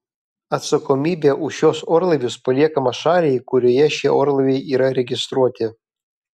atsakomybė už šiuos orlaivius paliekama šaliai kurioje šie orlaiviai yra registruoti